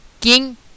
king